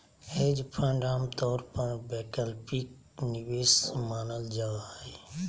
hedge fund आमतौर पर वैकल्पिक निवेश मानल जा हय